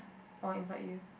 or invite you